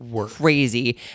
crazy